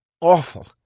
Awful